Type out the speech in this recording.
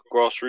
Grassroots